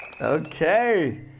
Okay